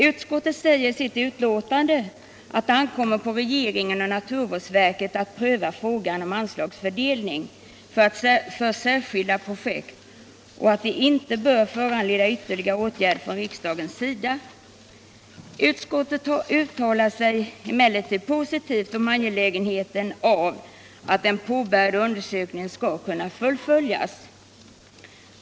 Utskottet säger i sitt betänkande att det ankommer på regeringen och naturvårdsverket att pröva frågan om anslagsfördelningen för särskilda projekt på miljövårdsområdet och att motionen inte bör föranleda några ytterligare åtgärder från riksdagens sida. Utskottet uttalar sig emellertid positivt om angelägenheten av att den påbörjade undersökningen skall kunna fullföljas.